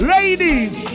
Ladies